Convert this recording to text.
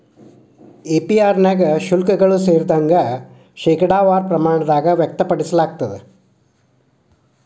APR ನ್ಯಾಗ ಶುಲ್ಕಗಳು ಸೇರಿದಂತೆ, ಶೇಕಡಾವಾರ ಪ್ರಮಾಣದಾಗ್ ವ್ಯಕ್ತಪಡಿಸಲಾಗ್ತದ